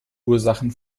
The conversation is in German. ursachen